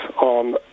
on